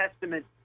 testament